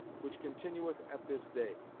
which continueth at this day.